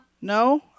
No